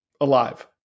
alive